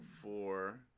four